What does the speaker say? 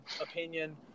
opinion